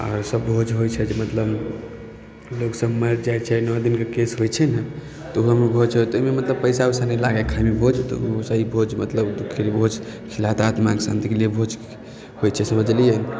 आओर सब भोज होइ छै मतलब लोक सब मरि जाइ छै नओ दिनके केश होइ छै ने तऽ ओहोमे भोज होइ छै तऽ ओहिमे मतलब पैसा ऊइसा नहि लागत खाइमे भोज तऽ ओहिसे ही भोज मतलब भोज खिलात आत्माके शांतिके लिए भोज होइ छै से ओहिमे देलियै